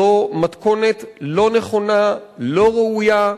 זו מתכונת לא נכונה, לא ראויה.